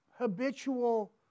Habitual